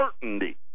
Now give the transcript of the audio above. certainty